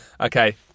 okay